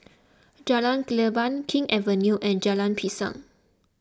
Jalan Leban King's Avenue and Jalan Pisang